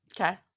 Okay